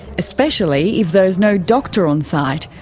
especially if there is no doctor on site,